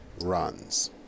runs